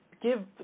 give